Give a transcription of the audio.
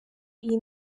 iyi